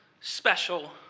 special